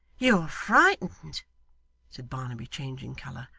you are frightened said barnaby, changing colour.